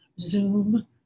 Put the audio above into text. Zoom